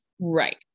right